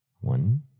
one